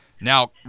Now